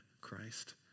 Christ